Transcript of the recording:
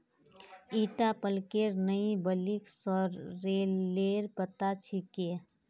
ईटा पलकेर नइ बल्कि सॉरेलेर पत्ता छिके